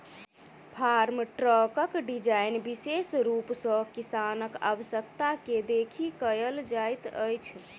farm ट्रकक design विशेष रूप सॅ किसानक आवश्यकता के देखि कयल जाइत अछि